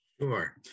Sure